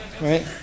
right